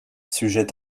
sujet